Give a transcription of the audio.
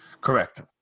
correct